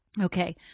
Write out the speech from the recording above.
Okay